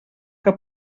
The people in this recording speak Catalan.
que